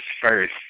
first